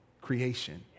creation